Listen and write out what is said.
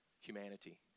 humanity